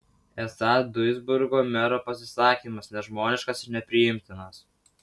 esą duisburgo mero pasisakymas nežmoniškas ir nepriimtinas